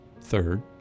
Third